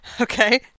Okay